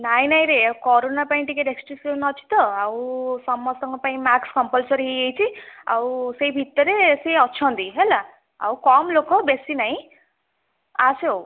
ନାଇଁ ନାଇଁ ରେ କରୋନା ପାଇଁ ଟିକେ ରେଷ୍ଟ୍ରିକ୍ସନ ଅଛି ତ ଆଉ ସମସ୍ତ ଙ୍କ ପାଇଁ ମାସ୍କ କମ୍ପଲ୍ସରି ହେଇଯାଇଛି ଆଉ ସେଇ ଭିତରେ ସିଏ ଅଛନ୍ତି ହେଲା ଆଉ କମ୍ ଲୋକ ବେଶୀ ନାହିଁ ଆସେ ଆଉ